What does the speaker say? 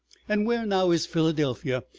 and where now is philadelphia,